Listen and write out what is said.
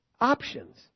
options